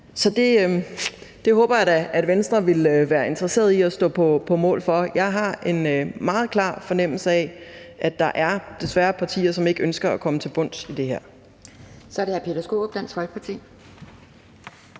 Så det håber jeg da at Venstre vil være interesseret i at stå på mål for. Jeg har en meget klar fornemmelse af, at der desværre er partier, som ikke ønsker at komme til bunds i det her. Kl. 17:56 Anden næstformand (Pia